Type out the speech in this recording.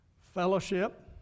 fellowship